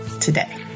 today